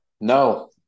No